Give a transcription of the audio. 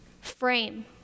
frame